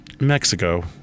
Mexico